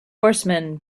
horseman